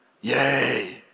Yay